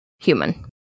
human